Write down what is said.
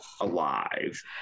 alive